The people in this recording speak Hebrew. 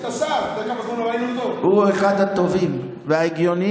את השר, אתה יודע כמה זמן לא ראיתי אותו?